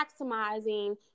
maximizing